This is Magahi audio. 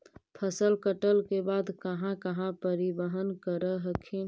फसल कटल के बाद कहा कहा परिबहन कर हखिन?